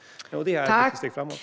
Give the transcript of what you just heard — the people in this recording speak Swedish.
Detta är ett viktigt steg framåt.